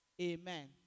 Amen